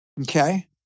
Okay